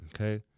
Okay